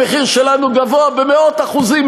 המחיר שלנו גבוה במאות אחוזים,